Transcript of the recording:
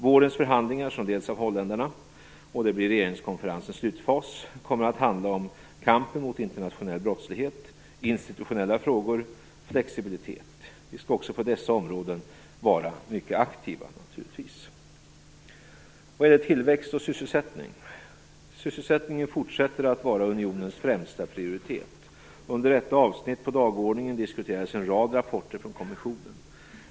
Vårens förhandlingar, som leds av holländarna och som blir regeringskonferensens slutfas, kommer att handla om kampen mot internationell brottslighet, institutionella frågor och flexibilitet. Vi skall naturligtvis vara mycket aktiva också på dessa områden. Sedan gällde det tillväxt och sysselsättning. Sysselsättningen fortsätter att vara unionens främsta prioritet. Under detta avsnitt på dagordningen diskuterades en rad rapporter från kommissionen.